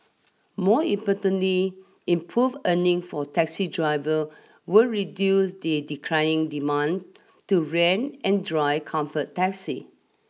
more importantly improve earning for taxi driver will reduce the declining demand to rent and drive comfort taxi